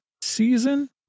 season